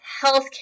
healthcare